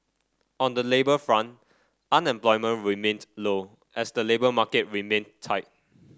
on the labour front unemployment remained low as the labour market remained tight